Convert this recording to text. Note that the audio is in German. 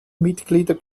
mitglieder